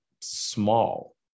small